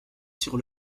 sur